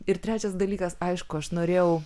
ir trečias dalykas aišku aš norėjau